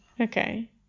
Okay